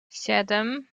siedem